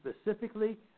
specifically